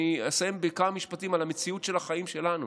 אני אסיים בכמה משפטים על המציאות של החיים שלנו.